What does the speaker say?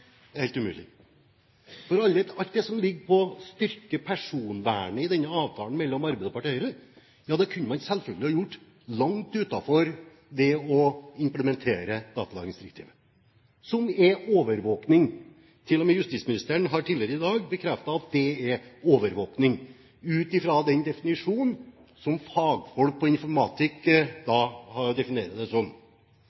er helt umulig. Alt det i avtalen mellom Arbeiderpartiet og Høyre som går på å styrke personvernet, kunne man selvfølgelig ha gjort uten å implementere datalagringsdirektivet – som er overvåkning. Til og med justisministeren har tidligere i dag bekreftet at det er overvåkning, ut fra det fagfolk innen informatikk har definert det som.